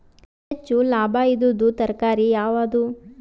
ಹೆಚ್ಚು ಲಾಭಾಯಿದುದು ತರಕಾರಿ ಯಾವಾದು?